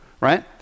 right